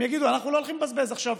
הם יגידו: אנחנו לא הולכים לבזבז עכשיו